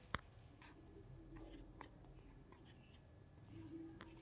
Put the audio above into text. ಗಾಡಿ ತೊಗೋಳಿಕ್ಕೆ ಕಂಪ್ಯೂಟೆರ್ನ್ಯಾಗಿಂದ ಸಾಲಕ್ಕ್ ಅರ್ಜಿ ತುಂಬಾಕ ಬರತೈತೇನ್ರೇ?